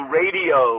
radio